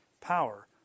power